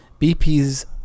bp's